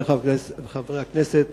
חברי הכנסת,